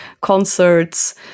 concerts